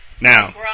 Now